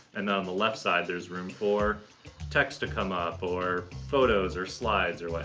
and on the left side there's room for text to come up, or photos, or slides, or like